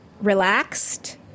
relaxed